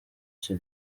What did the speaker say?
icyo